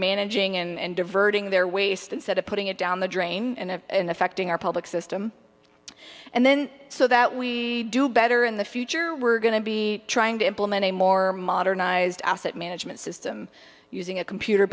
managing and diverting their waste instead of putting it down the drain in affecting our public system and then so that we do better in the future we're going to be trying to implement a more modernized asset management system using a computer